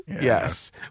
Yes